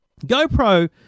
GoPro